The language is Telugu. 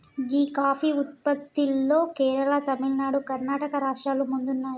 గీ కాఫీ ఉత్పత్తిలో కేరళ, తమిళనాడు, కర్ణాటక రాష్ట్రాలు ముందున్నాయి